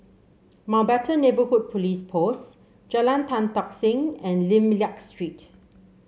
Mountbatten Neighbourhood Police Post Jalan Tan Tock Seng and Lim Liak Street